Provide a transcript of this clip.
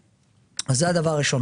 אז זה הדבר הראשון.